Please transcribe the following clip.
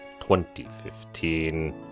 2015